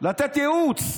לתת ייעוץ,